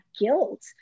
guilt